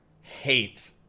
hate